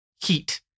heat